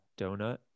Donut